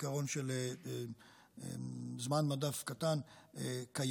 והעיקרון של זמן מדף קטן קיים.